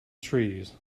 trees